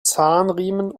zahnriemen